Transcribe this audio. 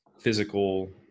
physical